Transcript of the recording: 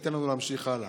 והוא ייתן לנו להמשיך הלאה.